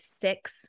six